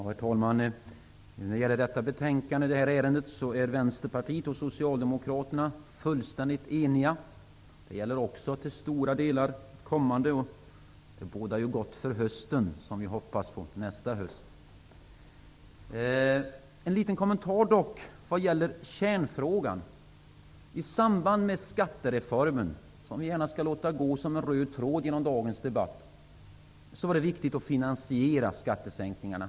Herr talman! När det gäller detta betänkande är Västerpartiet och Socialdemokraterna fullständigt eniga. Det gäller också till stora delar de kommande ärendena. Det bådar gott för nästa höst, som vi hoppas mycket på. En liten kommentar dock till kärnfrågan. I samband med skattereformen, som vi gärna skall låta gå som en röd tråd genom dagens debatt, var det viktigt att finansiera skattesänkningarna.